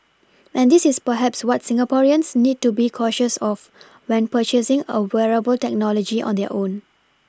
and this is perhaps what Singaporeans need to be cautious of when purchasing a wearable technology of their own